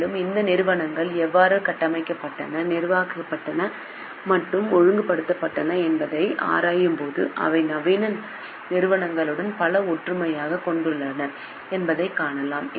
மேலும் இந்த நிறுவனங்கள் எவ்வாறு கட்டமைக்கப்பட்டன நிர்வகிக்கப்பட்டன மற்றும் ஒழுங்குபடுத்தப்பட்டன என்பதை ஆராயும்போது அவை நவீன நிறுவனங்களுடன் பல ஒற்றுமைகளைக் கொண்டுள்ளன என்பதைக் காணலாம்